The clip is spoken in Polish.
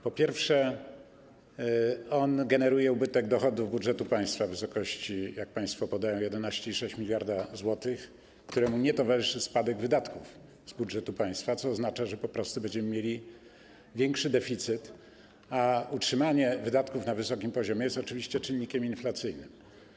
Po pierwsze, generuje on ubytek dochodów budżetu państwa w wysokości, jak państwo podają, 11,6 mld zł, któremu nie towarzyszy spadek wydatków z budżetu państwa, co oznacza, że po prostu będziemy mieli większy deficyt, a utrzymanie wydatków na wysokim poziomie jest oczywiście czynnikiem inflacyjnym.